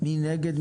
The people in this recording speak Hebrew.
מי נגד?